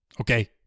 Okay